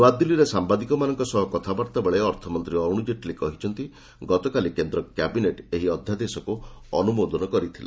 ନୂଆଦିଲ୍ଲୀରେ ସାମ୍ଭାଦିକମାନଙ୍କ ସହ କଥାବାର୍ତ୍ତାବେଳେ ଅର୍ଥମନ୍ତ୍ରୀ ଅରୁଣ ଜେଟ୍ଲୀ କହିଛନ୍ତି ଗତକାଲି କେନ୍ଦ୍ର କ୍ୟାବିନେଟ୍ ଏହି ଅଧ୍ୟାଦେଶକୁ ଅନୁମୋଦନ କରିଥିଲା